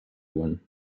one